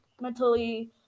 mentally